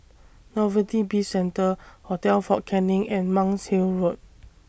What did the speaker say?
Novelty Bizcentre Hotel Fort Canning and Monk's Hill Road